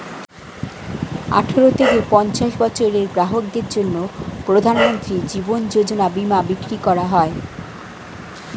আঠারো থেকে পঞ্চাশ বছরের গ্রাহকদের জন্য প্রধানমন্ত্রী জীবন যোজনা বীমা বিক্রি করা হয়